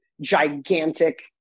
gigantic